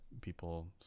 people